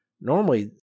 Normally